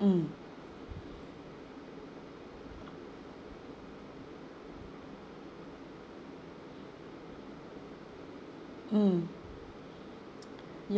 mm mm ya